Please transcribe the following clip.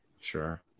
Sure